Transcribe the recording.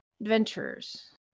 Adventurers